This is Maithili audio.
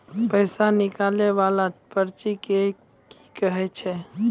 पैसा निकाले वाला पर्ची के की कहै छै?